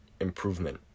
improvement